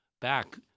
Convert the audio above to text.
back